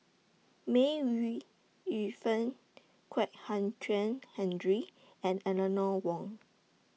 May Ooi Yu Fen Kwek Hian Chuan Henry and Eleanor Wong